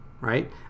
right